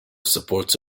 supports